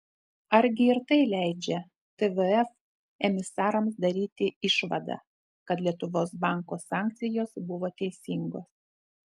argi ir tai leidžia tvf emisarams daryti išvadą kad lietuvos banko sankcijos buvo teisingos